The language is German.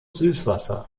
süßwasser